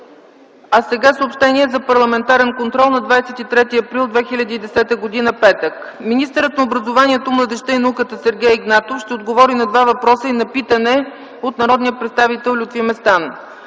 ч. Сега съобщения за парламентарен контрол на 23 април 2010 г., петък: Министърът на образованието, младежта и науката Сергей Игнатов ще отговори на два въпроса и на питане от народния представител Лютви Местан.